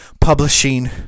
publishing